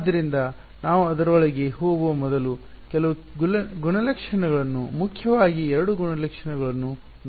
ಆದ್ದರಿಂದ ನಾವು ಅದರೊಳಗೆ ಹೋಗುವ ಮೊದಲು ಕೆಲವು ಗುಣಲಕ್ಷಣಗಳನ್ನು ಮುಖ್ಯವಾಗಿ 2 ಗುಣಲಕ್ಷಣಗಳನ್ನು ನೋಡೋಣ